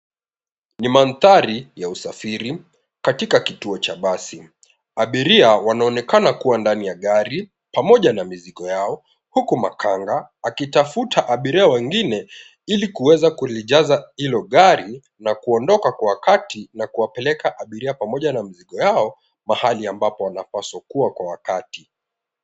Ni mandhari ya usafiri katika kituo cha basi. Abiria wanaonekana kuwa katika gari pamoja na mizigo yao huku makanga akionekana kutafuta abiria wengine ili kuweza kulijaza hilo gari na kuondoka kwa wakati na kuwapeleka abiria pamoja na mizigo yao pahali ambapo wanapaswa kuwa kwa wakati.